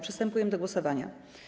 Przystępujemy do głosowania.